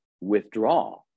withdraw